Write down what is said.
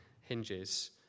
hinges